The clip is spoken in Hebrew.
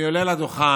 אני עולה לדוכן